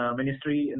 ministry